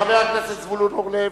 חבר הכנסת זבולון אורלב.